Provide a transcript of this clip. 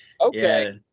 okay